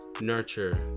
nurture